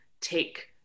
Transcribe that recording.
take